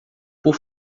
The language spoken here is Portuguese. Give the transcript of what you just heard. por